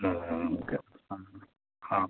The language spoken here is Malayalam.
അ ആ ഓക്കെ അ ആ